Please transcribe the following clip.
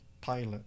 pilot